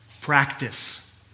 practice